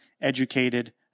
educated